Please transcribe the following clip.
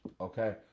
okay